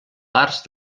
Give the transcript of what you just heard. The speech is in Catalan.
parts